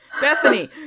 Bethany